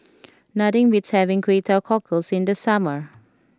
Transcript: nothing beats having Kway Teow Cockles in the summer